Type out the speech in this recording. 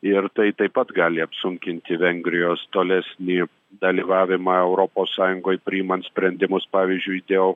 ir tai taip pat gali apsunkinti vengrijos tolesnį dalyvavimą europos sąjungoj priimant sprendimus pavyzdžiui dėl